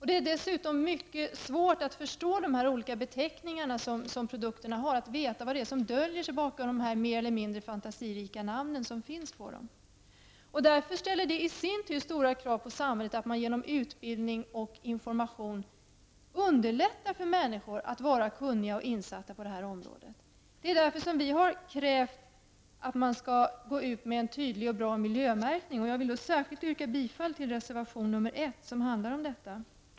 Det är dessutom mycket svårt att förstå de olika beteckningar som producenterna använder eller att veta vad som döljer sig bakom produkternas mer eller mindre fantasifulla namn. Detta ställer i sin tur stora krav på samhället att genom utbildning och information underlätta för människor att bli kunniga och insatta på det här området. Det är därför som vi har krävt att man skall gå ut med en tydlig och bra miljömärkning. Jag yrkar bifall till reservation 1, som handlar om detta.